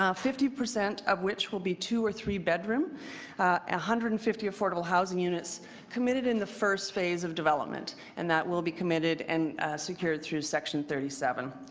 um fifty percent of which will be two or three bedroom. one ah hundred and fifty affordable housing units committed in the first phase of development, and that will be committed and secured through section thirty seven.